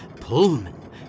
Pullman